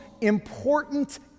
important